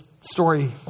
story